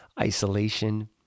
isolation